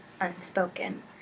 unspoken